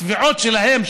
התביעות שלהם,